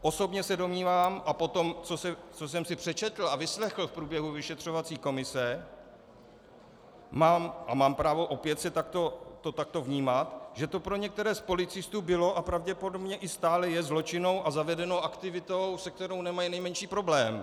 Osobně se domnívám, a po tom, co jsem si přečetl a vyslechl v průběhu vyšetřovací komise, mám právo opět to takto vnímat, že to pro některé z policistů bylo a pravděpodobně i stále je zločinnou a zavedenou aktivitou, se kterou nemají nejmenší problém.